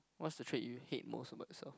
what's the trait you hate most about yourself